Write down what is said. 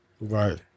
right